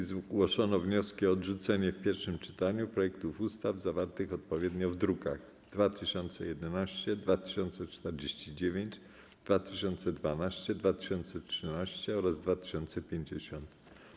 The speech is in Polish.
W dyskusji zgłoszono wnioski o odrzucenie w pierwszym czytaniu projektów zawartych odpowiednio w drukach nr 2011, 2049, 2012, 2013 i 2050.